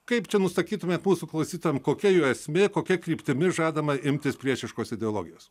kaip nusakytumėt mūsų klausytojam kokia jo esmė kokia kryptimi žadama imtis priešiškos ideologijos